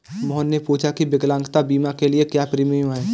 मोहन ने पूछा की विकलांगता बीमा के लिए क्या प्रीमियम है?